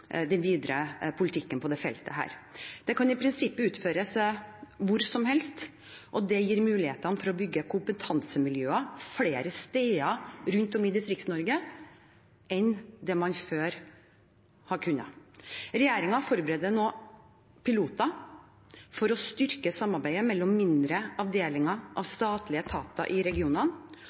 videre på dette feltet. De kan i prinsippet utføres hvor som helst. Det gir mulighet for å bygge kompetansemiljøer flere steder rundt om i Distrikts-Norge enn det man før har kunnet. Regjeringen forbereder nå piloter for å styrke samarbeidet mellom mindre avdelinger av statlige etater i regionene. Ved å etablere nye samlokaliserte kompetanseklynger kan det samlede, offentlige fagmiljøet i regionene